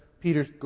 Peter